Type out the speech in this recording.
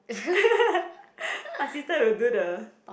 my sister will do the